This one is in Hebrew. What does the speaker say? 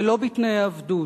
ולא בתנאי עבדות,